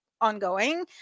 ongoing